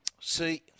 See